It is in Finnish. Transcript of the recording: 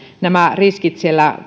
nämä riskit